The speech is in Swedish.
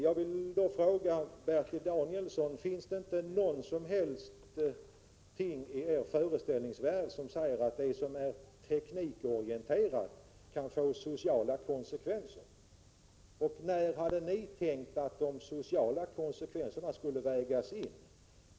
Jag vill fråga Bertil Danielsson: Finns det inte något i er föreställningsvärld som säger att det som är teknikorienterat kan få sociala konsekvenser? När hade ni tänkt att man skall väga in de sociala konsekvenserna?